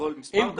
לכל מספר ילדים.